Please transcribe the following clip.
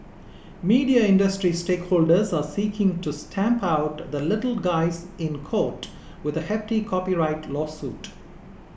media industry stakeholders are seeking to stamp out the little guys in court with a hefty copyright lawsuit